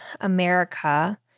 America